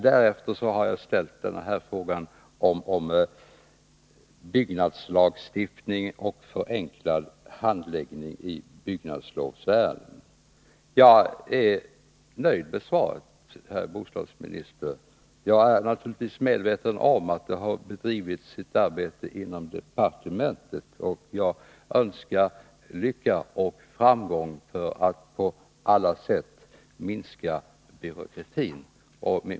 Därefter har jag ställt den här frågan om byggnadslagstiftningen och förenklad handläggning av byggnadslovsärenden. Jag är nöjd med svaret, herr bostadsminister. Jag är naturligtvis medveten om att det har bedrivits ett arbete inom departementet, och jag önskar lycka och framgång när det gäller att på alla sätt minska byråkratin.